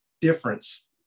difference